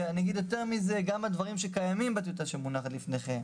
אני אגיד יותר מזה: גם הדברים שקיימים בטיוטה שמונחת לפניכם